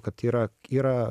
kad yra yra